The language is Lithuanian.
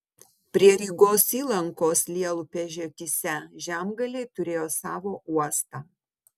prie rygos įlankos lielupės žiotyse žemgaliai turėjo savo uostą